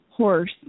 horse